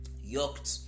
yoked